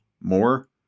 more